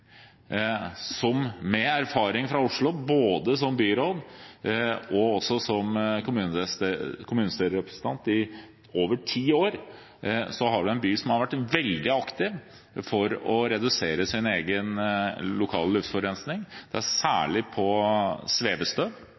Med erfaring fra Oslo – både som byråd og som kommunestyrerepresentant i over ti år – har jeg sett en by som har vært veldig aktiv for å redusere sin egen lokale luftforurensning. Det er særlig for svevestøv